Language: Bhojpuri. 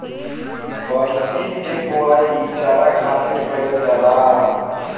बरसीम के बोआई चारा खातिर कईल जाला